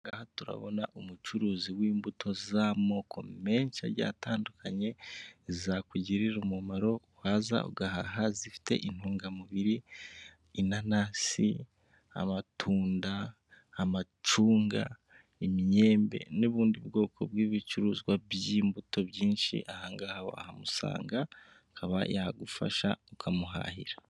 Aha turabona umucuruzi w'imbuto z'amoko menshi agiye atandukanye, zakugirira umumaro, waza ugahaha zifite intungamubiri, inanasi, amatunda, amacunga, imyembe, n'ubundi bwoko bw'ibicuruzwa by'imbuto byinshi aha ngaha wahamusanga, akaba yagufasha ukamuhahira.